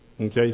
Okay